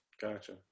Gotcha